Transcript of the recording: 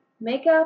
makeup